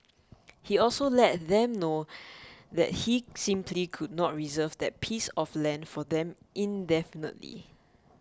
he also let them know that he simply could not reserve that piece of land for them indefinitely